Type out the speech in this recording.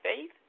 faith